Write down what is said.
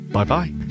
Bye-bye